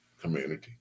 community